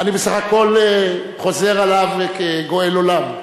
אני בסך הכול חוזר עליהן כגואל עולם.